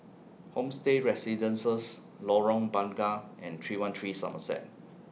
Homestay Residences Lorong Bunga and three one three Somerset